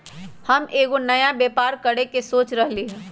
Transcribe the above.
हम एगो नया व्यापर करके सोच रहलि ह